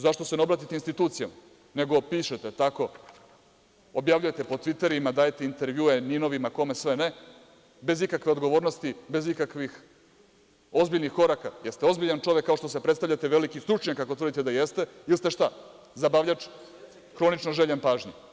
Zašto se ne obratite institucijama, nego pišete tako, objavljujete po tviterima, dajete intervjue, Ninovima, kome sve ne, bez ikakve odgovornosti, bez ikakvih ozbiljnih koraka, jer ste ozbiljan čovek kao što se predstavljate, veliki stručnjak ako tvrdite da jeste, ili ste šta, zabavljač hronično željan pažnje?